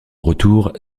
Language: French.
retour